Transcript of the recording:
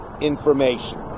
information